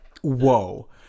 whoa